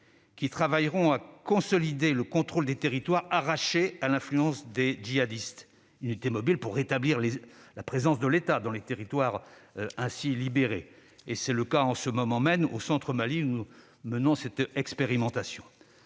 qui travailleront à consolider le contrôle des territoires arrachés à l'influence des djihadistes pour rétablir la présence de l'État dans les territoires ainsi libérés- c'est le cas en ce moment même au centre du Mali, où nous menons cette expérimentation.